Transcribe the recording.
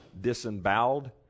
disemboweled